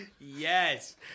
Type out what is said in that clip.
Yes